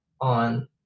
on